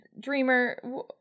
Dreamer